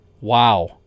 Wow